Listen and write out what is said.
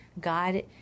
God –